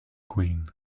queen